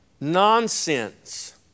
Nonsense